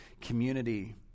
community